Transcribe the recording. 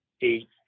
eight